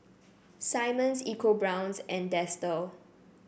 Simmons ecoBrown's and Dester